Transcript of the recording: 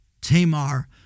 Tamar